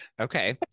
Okay